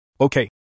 Okay